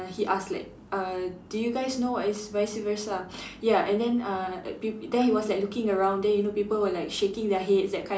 he asked like uh do you guys know what is vice-versa ya and then uh like peop~ then he was like looking around then you know people were like shaking their heads that kind